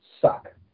suck